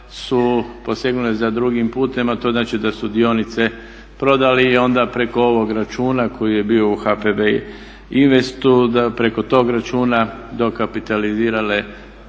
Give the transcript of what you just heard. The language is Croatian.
su posegnule za drugim putem a to znači da su dionice prodali i onda preko ovog računa koji je bio u HPB Investu da preko toga računa dokapitalizirale